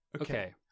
Okay